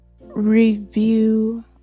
review